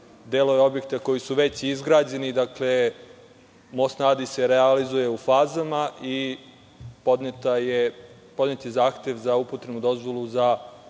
delove objekta koji su već izgrađeni. Dakle, most na Adi se realizuje u fazama i podnet je zahtev za upotrebnu dozvolu za